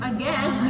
Again